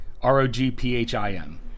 R-O-G-P-H-I-M